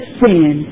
sin